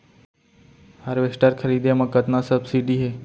Harvester खरीदे म कतना सब्सिडी हे?